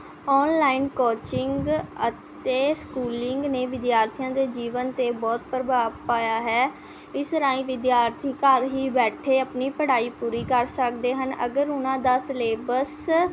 online coaching ਅਤੇ schooling ਨੇ ਵਿਦਿਆਰਥੀਆਂ ਦੇ ਜੀਵਨ 'ਤੇ ਬਹੁਤ ਪ੍ਰਭਾਵ ਪਾਇਆ ਹੈ ਇਸ ਰਾਹੀਂ ਵਿਦਿਆਰਥੀ ਘਰ ਹੀ ਬੈਠੇ ਆਪਣੀ ਪੜ੍ਹਾਈ ਪੂਰੀ ਕਰ ਸਕਦੇ ਹਨ ਅਗਰ ਉਹਨਾਂ ਦਾ ਸਿਲੇਬਸ